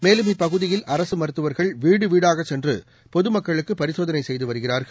மேலும் இப்பகுதியில் அரசு மருத்துவர்கள் வீடு வீடாக சென்று பொது மக்களுக்கு பரிசோதனை செய்து வருகிறார்கள்